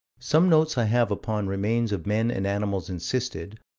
some notes i have upon remains of men and animals encysted,